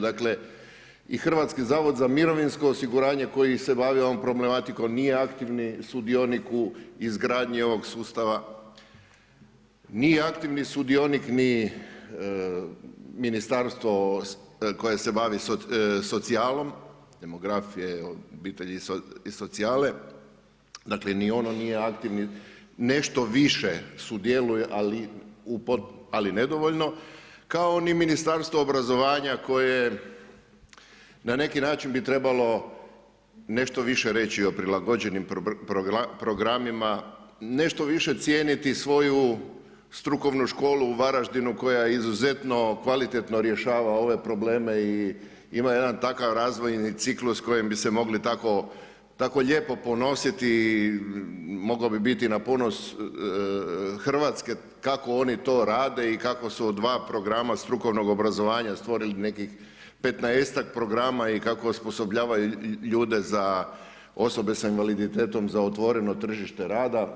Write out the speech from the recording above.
Dakle i HZMO koji se bavi ovom problematikom nije aktivni sudionik u izgradnji ovog sustava, nije aktivni sudionik ni ministarstvo koje se bavi socijalom, demografije, obitelji i socijale dakle ni ono nije aktivni, nešto više sudjeluje ali nedovoljno, kao ni Ministarstvo obrazovanja koje na neki način bi trebalo nešto više reći o prilagođenim programima, nešto više cijeniti svoju strukovnu školu u Varaždinu koja izuzetno kvalitetno rješava ove probleme i ima jedan takav razvojni ciklus kojim bi se mogli tako lijepo ponositi i moglo bi biti na ponos Hrvatske kako oni to rade i kako su od dva programa strukovnog obrazovanja stvorili nekih 15-ak programa i kako osposobljavaju ljude osobe s invaliditetom za otvoreno tržište rada.